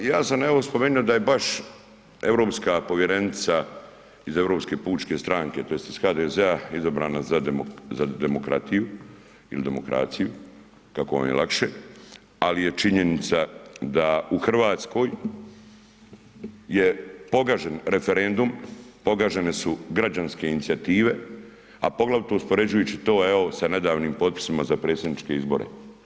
Ja sam evo spomenuo da je baš europska povjerenica iz Europske pučke stranke tj. iz HDZ-a izabrana za demokratiju ili demokraciju, kako vam je lakše ali je činjenica da u Hrvatskoj je pogažen referendum, pogažene su građanske inicijative a poglavito uspoređujući to evo sa nedavnim potpisima za predsjedniče izbore.